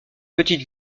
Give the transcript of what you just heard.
petite